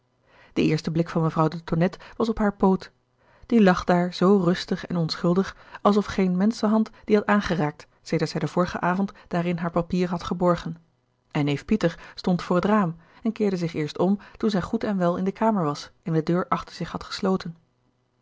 de eerste blik van mevrouw de tonnette was op haar poot die lag daar zoo rustig en onschuldig als of geen menschenhand die had aangeraakt sedert zij den vorigen avond daarin haar papier had geborgen en neef pieter stond voor het raam en keerde zich eerst om toen zij goed en wel in de kamer was en de deur achter zich had gesloten